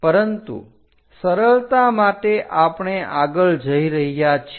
પરંતુ સરળતા માટે આપણે આગળ જઈ રહ્યા છીએ